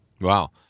Wow